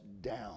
down